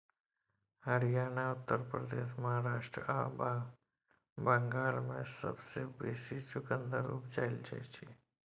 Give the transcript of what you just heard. हरियाणा, उत्तर प्रदेश, महाराष्ट्र आ बंगाल मे सबसँ बेसी चुकंदर उपजाएल जाइ छै